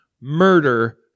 murder